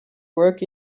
work